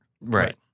Right